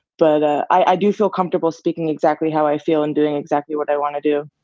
but ah i do feel comfortable speaking exactly how i feel and doing exactly what i want to do.